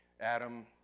Adam